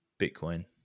Bitcoin